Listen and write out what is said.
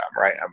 right